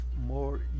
more